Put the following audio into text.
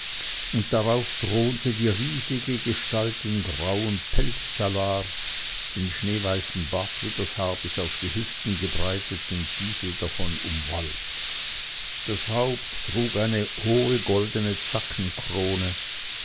und darauf thronte die riesige gestalt in grauem pelztalar den schneeweißen bart wie das haar bis auf die hüften gebreitet und diese davon umwallt das haupt trug eine hohe goldene